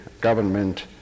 government